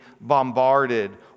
bombarded